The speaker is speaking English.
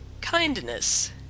kindness